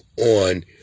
on